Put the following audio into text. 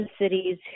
cities